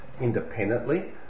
independently